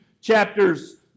chapters